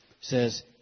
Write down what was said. says